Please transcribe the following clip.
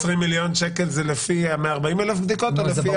מיליון שקל זה לפי 140,000 הבדיקות או לפי